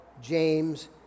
James